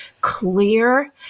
clear